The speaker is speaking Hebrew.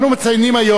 רבותי, אנחנו עוברים,